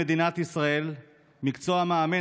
במדינת ישראל מקצוע המאמן,